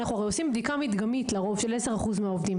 אנחנו לרוב עושים בדיקה מדגמית של 10% מהעובדים.